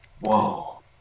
Whoa